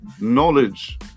Knowledge